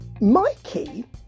Mikey